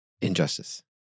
injustice